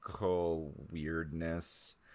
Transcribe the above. weirdness